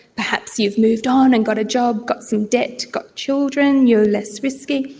perhaps you've moved on and got a job, got some debt, got children, you are less risky.